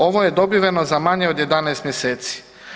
Ovo je dobiveno za manje od 11 mjeseci.